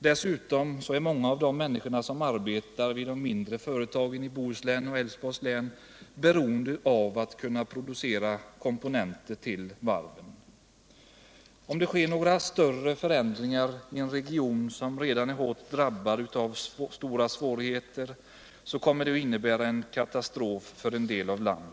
Dessutom är många av de människor som arbetar vid de mindre företagen i Bohuslän och Älvsborgs län beroende av att kunna producera komponenter till varven. Om det sker några större förändringar i en region som redan är drabbad av stora svårigheter, kommer det att innebära en katastrof för en del av landet.